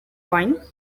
pine